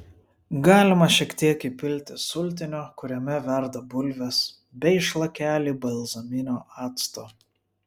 galima šiek tiek įpilti sultinio kuriame verda bulvės bei šlakelį balzaminio acto